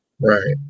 Right